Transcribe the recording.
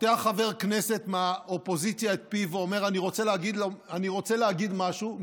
פותח חבר כנסת מהאופוזיציה את פיו ואומר: אני רוצה להגיד משהו,